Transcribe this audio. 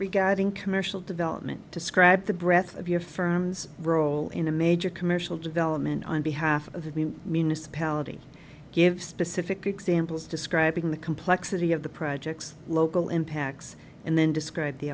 regarding commercial development describe the breath of your firm's role in a major commercial development on behalf of the meanest palate give specific examples describing the complexity of the project's local impacts and then describe the